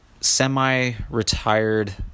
semi-retired